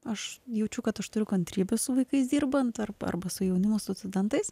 aš jaučiu kad aš turiu kantrybės su vaikais dirbant ar arba su jaunimu su studentais